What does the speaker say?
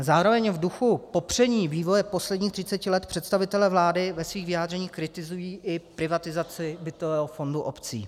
Zároveň v duchu popření vývoje posledních třiceti let představitelé vlády ve svých vyjádřeních kritizují i privatizaci bytového fondu obcí.